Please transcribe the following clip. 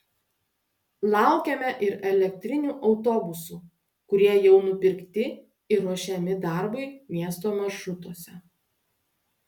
laukiame ir elektrinių autobusų kurie jau nupirkti ir ruošiami darbui miesto maršrutuose